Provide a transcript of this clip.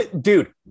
Dude